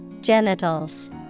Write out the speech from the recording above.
Genitals